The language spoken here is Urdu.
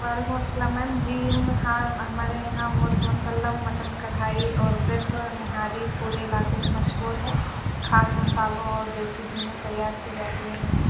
وعلیکم السلام میم جی ہاں ہمارے یہاں مرغ مسلم مٹن کڑھائی اور بیف نہاری پورے علاقے میں مشہور ہے خاص مصالحوں اور دیسی گھی میں تیار کی جاتی ہے میم